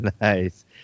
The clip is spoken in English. nice